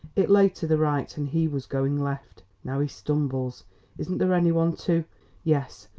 it lay to the right and he was going left. now he stumbles isn't there any one to yes,